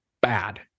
bad